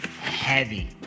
heavy